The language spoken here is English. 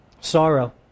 sorrow